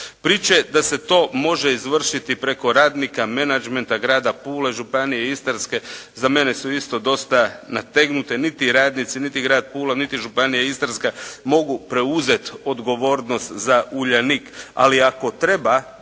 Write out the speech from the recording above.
Priče da se to može izvršiti preko radnika, menadžmenta grada Pule, Županije Istarske za mene su isto dosta nategnute. Niti radnici, niti grad Pula niti Županija Istarska mogu preuzeti odgovornost za Uljanik ali ako treba